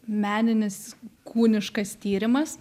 meninis kūniškas tyrimas